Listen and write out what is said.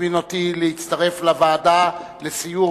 הזמין אותי להצטרף לסיור